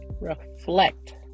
Reflect